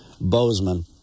Bozeman